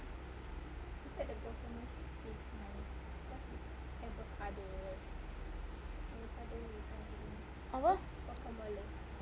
apa